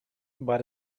but